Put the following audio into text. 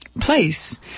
place